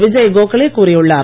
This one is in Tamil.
விஜய் கோகலே கூறியுள்ளார்